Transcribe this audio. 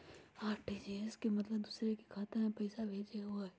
RTGS के मतलब दूसरे के खाता में पईसा भेजे होअ हई?